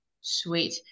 sweet